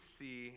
see